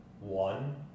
one